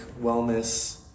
wellness